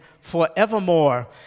forevermore